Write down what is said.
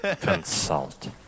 Consult